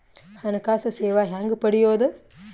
ಹಣಕಾಸು ಸೇವಾ ಹೆಂಗ ಪಡಿಯೊದ?